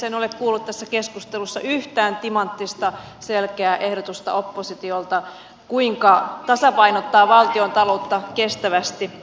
en ole kuullut tässä keskustelussa yhtään timanttista selkeää ehdotusta oppositiolta kuinka tasapainottaa valtiontaloutta kestävästi